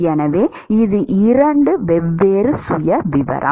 எனவே இது இரண்டு வெவ்வேறு சுயவிவரம்